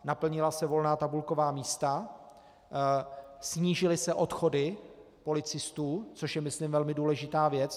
Naplnila se volná tabulková místa, snížily se odchody policistů, což je, myslím, velmi důležitá věc.